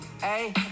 Hey